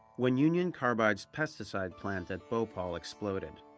when union carbide's pesticide plant at bhopal exploded,